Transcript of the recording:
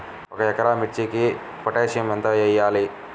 ఒక ఎకరా మిర్చీకి పొటాషియం ఎంత వెయ్యాలి?